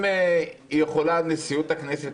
אם נשיאות הכנסת,